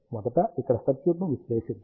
మొదట ఇక్కడ సర్క్యూట్ను విశ్లేషిద్దాం